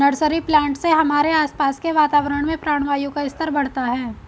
nursery plant से हमारे आसपास के वातावरण में प्राणवायु का स्तर बढ़ता है